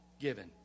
given